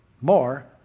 more